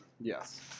Yes